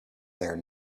there